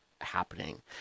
happening